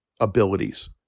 abilities